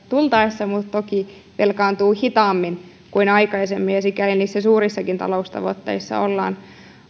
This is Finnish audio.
tultaessa toki velkaantuu hitaammin kuin aikaisemmin ja sikäli niissä suurissakin taloustavoitteissa ollaan